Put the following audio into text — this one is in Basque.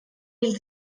hil